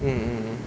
mm mm mm